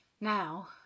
Now